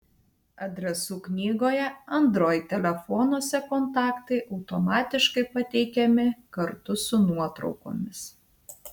adresų knygoje android telefonuose kontaktai automatiškai pateikiami kartu su nuotraukomis